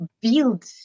build